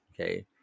okay